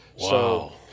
Wow